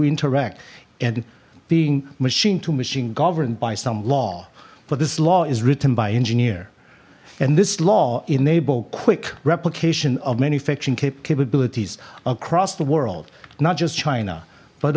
interact and being machine to machine governed by some law but this law is written by engineer and this law enabled quick replication of manufacturing capabilities across the world not just china but